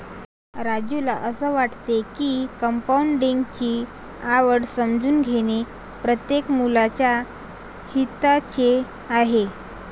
राजूला असे वाटते की कंपाऊंडिंग ची आवड समजून घेणे प्रत्येक मुलाच्या हिताचे आहे